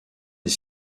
des